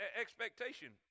expectation